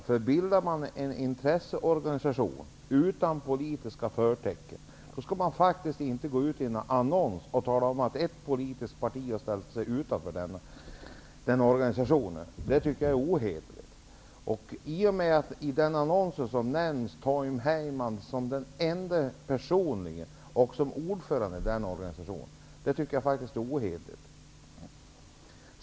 Om man bildar en intresseorganisation utan politiska förtecken skall man inte gå ut i en annons och tala om att ett politiskt parti har ställt sig utanför organisationen. Det tycker jag är ohederligt. I annonsen är det endast Tom Heyman som nämns vid namn, och han omnämns som ordförande i organisationen. Det är faktiskt ohederligt.